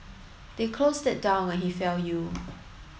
they closed it down when he fell ill